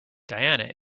diana